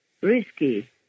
risky